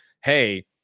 hey